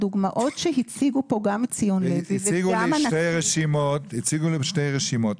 הדוגמאות שהציגו פה גם ציון לוי וגם הנציב --- הציגו לי שתי רשימות,